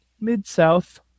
Mid-South